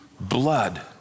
blood